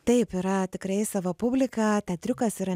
taip yra tikrai savo publika teatriukas yra